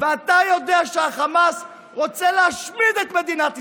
ואתה יודע שהחמאס רוצה להשמיד את מדינת ישראל.